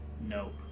nope